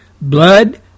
blood